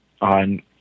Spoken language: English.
on